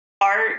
art